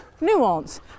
nuance